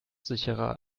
sicherer